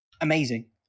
Amazing